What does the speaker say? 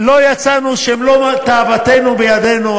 לא יצאנו כשמלוא תאוותנו בידנו,